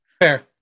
fair